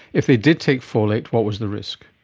if they did take folate, what was the risk?